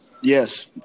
yes